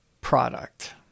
product